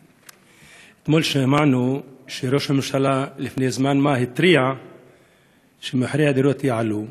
אתמול שמענו שראש הממשלה לפני זמן מה התריע שמחירי הדירות יעלו,